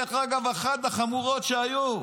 אחת החמורות שהיו,